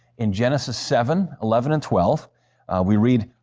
in genesis seven eleven and twelve we read,